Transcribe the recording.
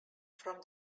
from